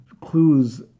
clues